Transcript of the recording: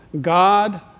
God